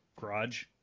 garage